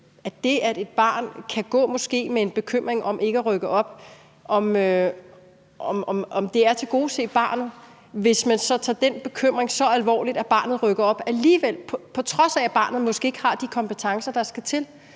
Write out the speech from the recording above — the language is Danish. at hvis et barn måske går med en bekymring om ikke at rykke op, så er det at tilgodese barnet at tage den bekymring så alvorligt, at barnet rykker op alligevel, altså på trods af at barnet måske ikke har de kompetencer, der skal til.